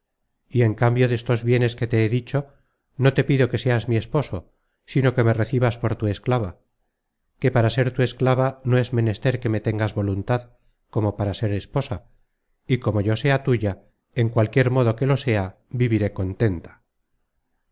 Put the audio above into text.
y en cambio destos bienes que te he dicho no te pido que seas mi esposo sino que me recibas por tu esclava que para ser tu esclava no es menester que me tengas voluntad como para ser esposa y como yo sea tuya en cualquier modo que lo sea viviré contenta